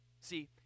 See